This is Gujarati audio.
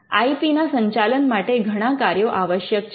આઇ પી ના સંચાલન માટે ઘણા કાર્યો આવશ્યક છે